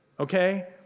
okay